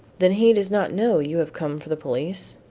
then he does not know you have come for the police?